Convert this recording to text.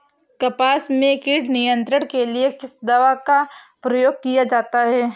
कपास में कीट नियंत्रण के लिए किस दवा का प्रयोग किया जाता है?